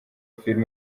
film